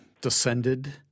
descended